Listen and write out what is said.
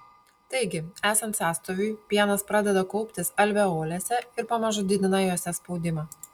taigi esant sąstoviui pienas pradeda kauptis alveolėse ir pamažu didina jose spaudimą